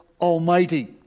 Almighty